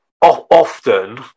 often